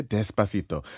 Despacito